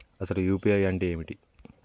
అసలు యూ.పీ.ఐ అంటే ఏమిటి?